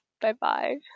Bye-bye